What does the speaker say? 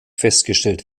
festgestellt